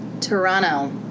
Toronto